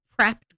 prepped